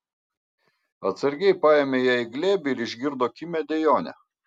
atsargiai paėmė ją į glėbį ir išgirdo kimią dejonę